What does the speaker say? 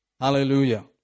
Hallelujah